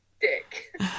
dick